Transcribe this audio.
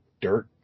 dirt